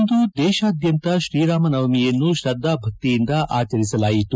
ಇಂದು ದೇತಾದ್ಯಂತ ಶ್ರೀರಾಮನವಮಿಯನ್ನು ತ್ರದ್ದಾಭಕ್ತಿಯಿಂದ ಆಚರಿಸಲಾಯಿತು